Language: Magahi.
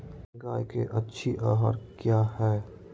गाय के अच्छी आहार किया है?